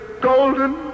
golden